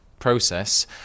process